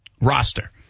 roster